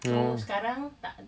oh